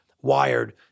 wired